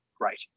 great